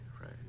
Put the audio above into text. right